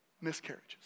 miscarriages